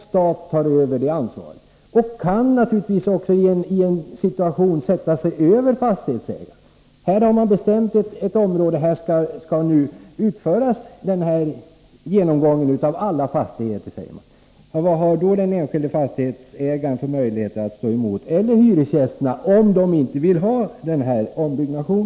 Stat och kommun kan naturligtvis också i en viss situation sätta sig över fastighetsägaren, om man bestämmer ett område där denna genomgång av alla fastigheter skall utföras. Vilka möjligheter att stå emot har då de enskilda fastighetsägarna — eller hyresgästerna — om de inte vill ha denna ombyggnation?